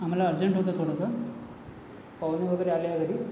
आम्हाला अर्जंट होतं थोडंसं पाहुणे वगैरे आले आहे घरी